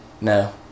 No